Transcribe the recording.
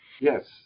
Yes